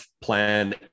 plan